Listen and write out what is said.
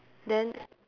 then